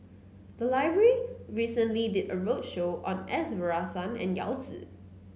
the library recently did a roadshow on S Varathan and Yao Zi